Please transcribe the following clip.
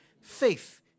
Faith